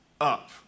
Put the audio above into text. up